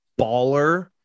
baller